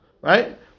right